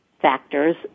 factors